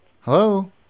Hello